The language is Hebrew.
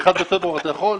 ב-1 בפברואר אתה יכול?